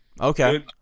Okay